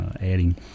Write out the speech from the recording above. adding